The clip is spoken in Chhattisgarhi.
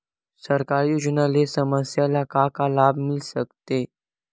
सरकारी योजना ले समस्या ल का का लाभ मिल सकते?